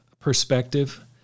Perspective